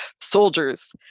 soldiers